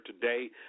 today